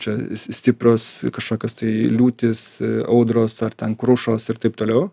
čia stiprios kažkokios tai liūtys audros ar ten krušos ir taip toliau